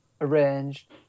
arranged